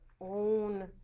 own